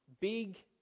big